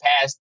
past